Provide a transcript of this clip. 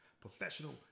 Professional